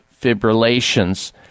fibrillations